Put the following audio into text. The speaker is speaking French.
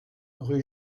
rue